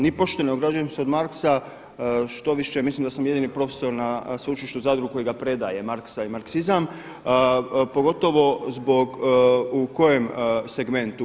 Nipošto ne ograđujem se od Marxa, štoviše mislim da sam jedini profesor na Sveučilištu u Zadru koji ga predaje Marxa i marksizam pogotovo zbog, u kojem segmentu.